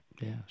Yes